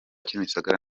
kimisagara